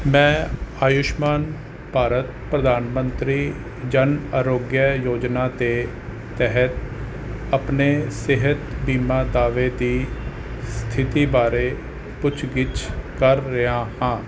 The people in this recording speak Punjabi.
ਮੈਂ ਆਯੁਸ਼ਮਾਨ ਭਾਰਤ ਪ੍ਰਧਾਨ ਮੰਤਰੀ ਜਨ ਆਰੋਗਯ ਯੋਜਨਾ ਦੇ ਤਹਿਤ ਆਪਣੇ ਸਿਹਤ ਬੀਮਾ ਦਾਅਵੇ ਦੀ ਸਥਿਤੀ ਬਾਰੇ ਪੁੱਛ ਗਿੱਛ ਕਰ ਰਿਹਾ ਹਾਂ